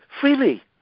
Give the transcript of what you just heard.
freely